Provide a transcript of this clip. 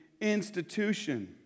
institution